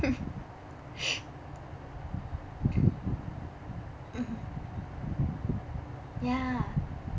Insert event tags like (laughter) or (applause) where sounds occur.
(noise) mmhmm ya